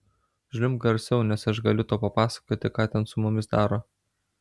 žliumbk garsiau nes aš galiu tau papasakoti ką ten su mumis daro